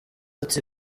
ati